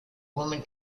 women